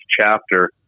chapter